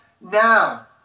now